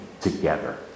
together